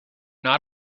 not